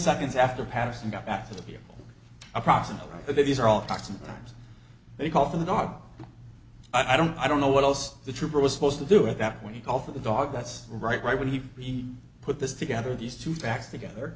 seconds after patterson got back to the vehicle approximately these are all talk sometimes they call for the dog i don't i don't know what else the trooper was supposed to do with that when he called for the dog that's right when he put this together these two facts together